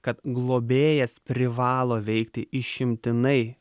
kad globėjas privalo veikti išimtinai